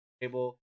table